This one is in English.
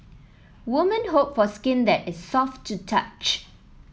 women hope for skin that is soft to touch